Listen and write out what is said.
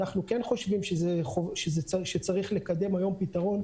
אנחנו כן חושבים שצריך לקדם היום פתרון,